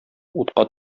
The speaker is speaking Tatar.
утка